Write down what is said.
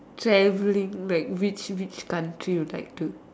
traveling like which which country you'd like to